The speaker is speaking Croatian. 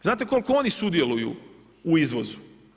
Znate koliko oni sudjeluju u izvozu?